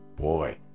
boy